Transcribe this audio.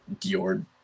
Dior